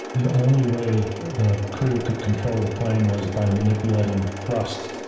the only way the crew could control the plane was by manipulating thrust,